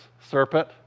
serpent